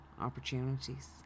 opportunities